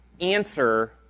answer